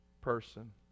person